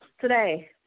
today